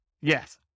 Yes